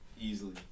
easily